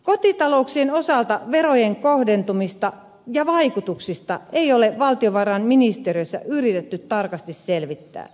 kotitalouksien osalta verojen kohdentumista ja sen vaikutuksia ei ole valtiovarainministeriössä yritetty tarkasti selvittää